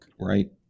Right